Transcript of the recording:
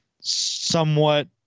somewhat